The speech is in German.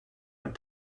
ein